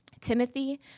Timothy